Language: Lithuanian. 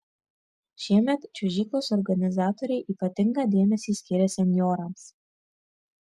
šiemet čiuožyklos organizatoriai ypatingą dėmesį skiria senjorams